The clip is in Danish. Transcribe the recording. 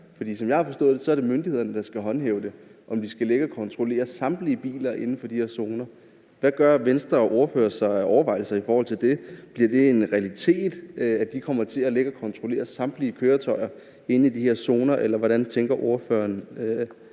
For som jeg har forstået det, er det myndighederne, der skal håndhæve det, i forhold til om de skal ligge og kontrollere samtlige biler inden for de her zoner. Hvad gør Venstres ordfører sig af overvejelser i forhold til det? Bliver det en realitet, at de kommer til at ligge og kontrollere samtlige køretøjer inde i de her zoner, eller hvordan tænker ordføreren